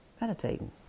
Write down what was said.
meditating